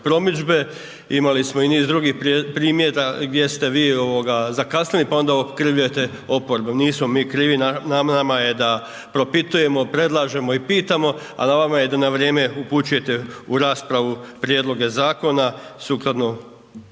imali smo i niz drugih primjera gdje ste vi zakasnili, pa onda okrivljujete oporbu, nismo mi krivi, na nama je da propitujemo, predlažemo i pitamo, a na vama je da na vrijeme upućujete u raspravu prijedloge zakona